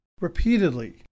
repeatedly